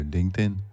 LinkedIn